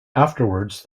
afterwards